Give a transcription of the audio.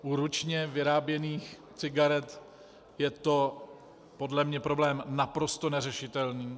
U ručně vyráběných cigaret je to podle mě problém naprosto neřešitelný.